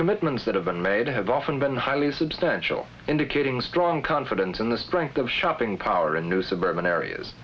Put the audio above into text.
commitments that have been made have often been highly subdued anshul indicating strong confidence in the strength of shopping power in new suburban areas